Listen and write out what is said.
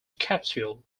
capsule